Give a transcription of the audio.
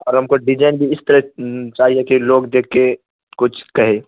اور ہم کو ڈیزائن بھی اس طرح چاہیے کہ لوگ دیکھ کے کچھ کہے